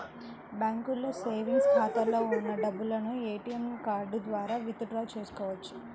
బ్యాంకులో సేవెంగ్స్ ఖాతాలో ఉన్న డబ్బును ఏటీఎం కార్డు ద్వారా విత్ డ్రా చేసుకోవచ్చు